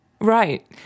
Right